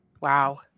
Wow